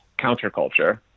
counterculture